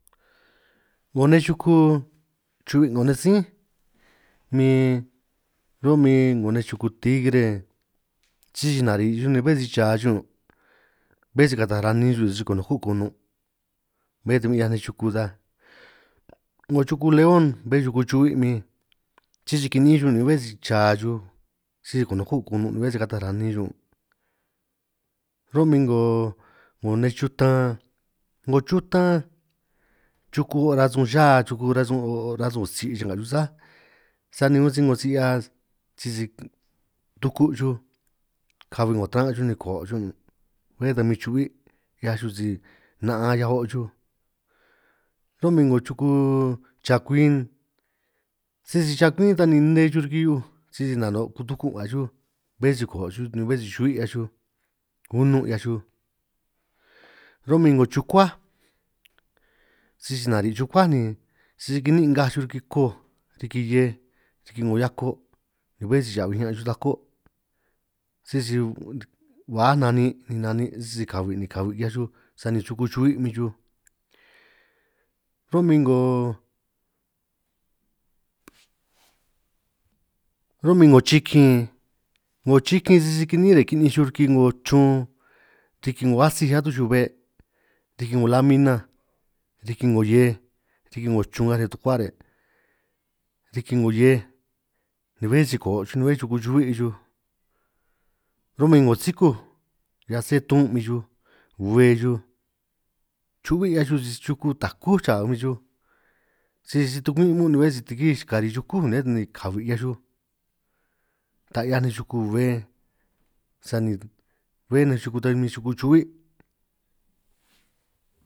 'Ngoj nej chuku chu'hui' 'ngo nej sínj ni ro'min 'ngo nej chuku tigre sisi nari' xuj, ni bé si cha xuj ñun' bé si kata ranin xuj ñun' ni si konoko' konun', bé ta 'hiaj nej chuku ta 'ngo chuku león bé chuku chu'hui' min sisi kini'in chuj ñun' ni bé si cha chuj, si konoko' konun' ni bé si kata ranin xuj ñun', ro'min 'ngo nej chutan 'ngo chutan chuku ara' sun cha chuku aran sun o'o' rasun tsi', cha'nga xuj sa'aj sani un si 'ngo si 'hia sisi tuku' xuj kahui 'ngo dran' xuj ni koo' xuj ñun', bé ta ni chu'hui' 'hiaj xuj si na'an 'hiaj ñan o' xuj, ro'min 'ngo chuku chakwin sisi chakwin ta ni nne xuj riki hiu'uj sisi nano' kotoku nga xuj, bé si koo' xuj ni bé si chu'hui' 'hiaj xuj kunun 'hiaj xuj, ro'min 'ngo chukuáj sisi nari' chukuáj ni sisi si kini'in' ngaj xuj, riki koj riki hiej riki 'ngo hiako' bé si cha'huij ñan xuj tako' sisi baj nanin' ni nanin' sisi kahui' ni kahui' ki'hiaj xuj, sani chuku chu'hui' min xuj ro'min 'ngo ro'min 'ngo chikin 'ngo chikin sisi si kini'ín ré' kininj xuj riki 'ngo chrun, riki 'ngo atsij atuj xuj be' riki 'ngo lamina riki 'ngo hiej, riki 'ngo chrun ngaj riñan dukuá re' riki 'ngo hiej ni bé si koo' xuj ni bé chuku chu'hui' min xuj, ro'min 'ngo sikúj hiaj sé tun' min xuj bbé xuj chu'hui' 'hiaj xuj si chuku taj kú raa min xuj, sisi si tukumin' mu'un' ni bé si tikij xuj kúj ñun', ni bé si kahui' ki'hiaj xuj ta 'hiaj nej chuku bbe sani bé nej chuku tan min chu'hui'.